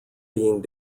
being